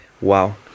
Wow